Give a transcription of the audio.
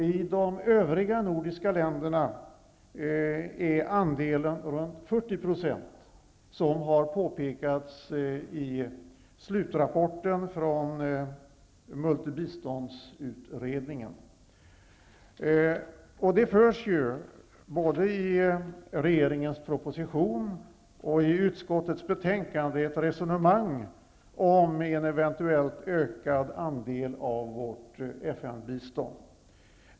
I de övriga nordiska länderna är motsvarande andel runt 40 %, som har påpekats i slutrapporten från multibiståndsutredningen. Både i regeringens proposition och i utskottets betänkande förs det ett resonemang om en eventuell ökning av vår andel när det gäller FN-biståndet.